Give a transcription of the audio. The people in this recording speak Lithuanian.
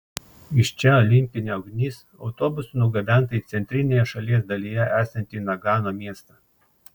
iš čia olimpinė ugnis autobusu nugabenta į centrinėje šalies dalyje esantį nagano miestą